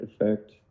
effect